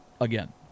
Again